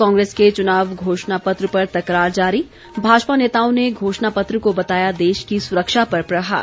कांग्रेस के चुनाव घोषणा पत्र पर तकरार जारी भाजपा नेताओं ने घोषणा पत्र को बताया देश की सुरक्षा पर प्रहार